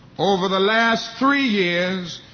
over the last three years,